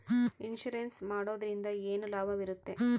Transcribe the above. Insurance ಮಾಡೋದ್ರಿಂದ ಏನು ಲಾಭವಿರುತ್ತದೆ?